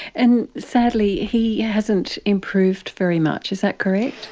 and sadly he hasn't improved very much, is that correct?